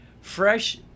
fresh